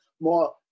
more